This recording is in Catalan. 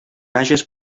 hages